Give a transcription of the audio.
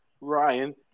Ryan